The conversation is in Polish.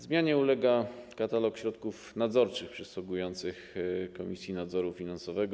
Zmianie ulega katalog środków nadzorczych przysługujących Komisji Nadzoru Finansowego.